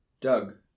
Doug